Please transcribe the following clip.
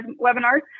webinars